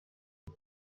she